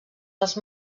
els